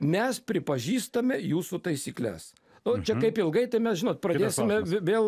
mes pripažįstame jūsų taisykles nu čia kaip ilgai tai mes žinot pradėsime vi vėl